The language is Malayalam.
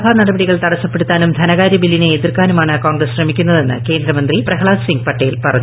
സഭാ നടപടികൾ തടസ്സപ്പെടുത്താനും ധനകാര്യ ബില്ലിനെ എതിർക്കാനുമാണ് കോൺഗ്രസ്റ്റ് ശ്രമിക്കുന്നതെന്ന് കേന്ദ്രമന്ത്രി പ്രഹ്ലാദ് സിംഗ് പട്ടേൽ പറഞ്ഞു